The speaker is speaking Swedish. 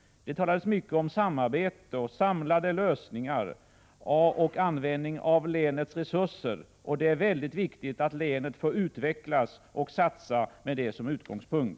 Det talades mycket om samarbete, samlade lösningar och om användning av länets resurser. Det är viktigt att länet får utvecklas och satsa med det som utgångspunkt.